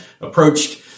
approached